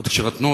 עוד כשנתנו,